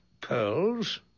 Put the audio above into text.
pearls